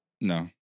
No